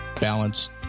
balance